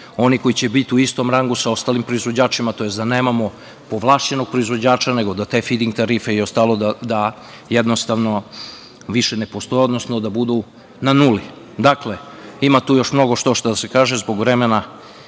oni koji će biti u istom rangu sa ostalim proizvođačima tj. da nemamo povlašćenog proizvođača, nego da te fid-in tarife i ostalo više ne postoje, nego da budu na nulu. Dakle, ima tu još mnogo štošta da se kaže, ali zbog vremena,